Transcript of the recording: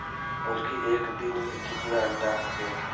मुर्गी एक दिन मे कितना अंडा देला?